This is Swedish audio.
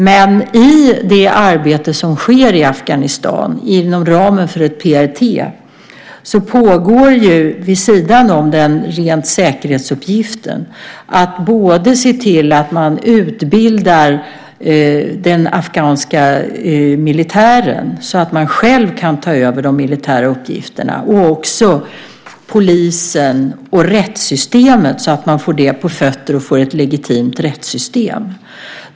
Men i det arbete som sker i Afghanistan inom ramen för ett PRT pågår, vid sidan om den rena säkerhetsuppgiften, utbildning av den afghanska militären så att man själv kan ta över de militära uppgifterna och även polisen och rättssystemet så att man får det på fötter och får ett legitimt rättssystem.